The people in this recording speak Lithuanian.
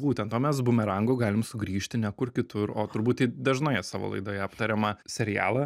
būtent o mes bumerangu galim sugrįžti ne kur kitur o turbūt į dažnoje savo laidoje aptariamą serialą